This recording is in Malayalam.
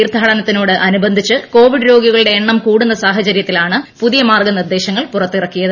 തീർത്ഥാടനത്തിനോട് അനുബന്ധിച്ച് കോവിഡ് രോഗികളുടെ എണ്ണം കൂടുന്ന സാഹചര്യത്തിലാണ് പുതിയ മാർഗനിർദേശങ്ങൾ പുറത്തിറക്കിയത്